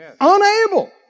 unable